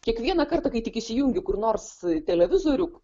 kiekvieną kartą kai tik įsijungiu kur nors televizorių